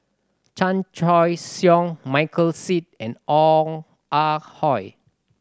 Chan Choy Siong Michael Seet and Ong Ah Hoi